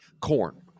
corn